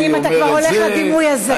אם אתה כבר הולך לדימוי הזה.